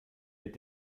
mit